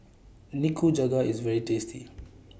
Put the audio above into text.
Nikujaga IS very tasty